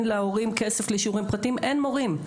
להורים כסף לשיעורים פרטיים אין מורים.